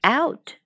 out